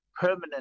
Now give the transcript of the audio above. permanent